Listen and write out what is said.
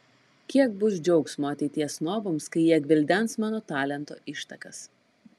kiek bus džiaugsmo ateities snobams kai jie gvildens mano talento ištakas